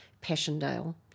Passchendaele